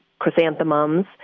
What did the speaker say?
chrysanthemums